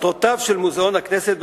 מטרותיו של מוזיאון הכנסת,